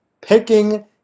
picking